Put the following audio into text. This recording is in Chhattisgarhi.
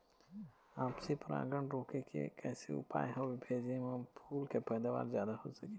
आपसी परागण रोके के कैसे उपाय हवे भेजे मा फूल के पैदावार जादा हों सके?